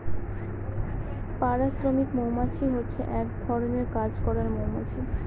পাড়া শ্রমিক মৌমাছি হচ্ছে এক ধরনের কাজ করার মৌমাছি